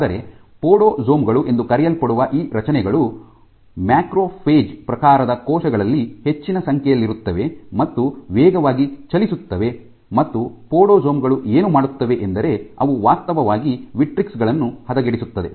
ಆದರೆ ಪೊಡೊಸೋಮ್ ಗಳು ಎಂದು ಕರೆಯಲ್ಪಡುವ ಈ ರಚನೆಗಳು ಮ್ಯಾಕ್ರೋಫೇಜ್ ಪ್ರಕಾರದ ಕೋಶಗಳಲ್ಲಿ ಹೆಚ್ಚಿನ ಸಂಖ್ಯೆಯಲ್ಲಿರುತ್ತವೆ ಮತ್ತು ವೇಗವಾಗಿ ಚಲಿಸುತ್ತವೆ ಮತ್ತು ಪೊಡೊಸೋಮ್ ಗಳು ಏನು ಮಾಡುತ್ತವೆ ಎಂದರೆ ಅವು ವಾಸ್ತವವಾಗಿ ವಿಟ್ರಿಕ್ ಗಳನ್ನು ಹದಗೆಡಿಸುತ್ತವೆ